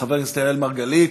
חבר הכנסת אראל מרגלית,